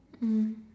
mm